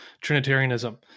Trinitarianism